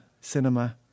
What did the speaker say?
Cinema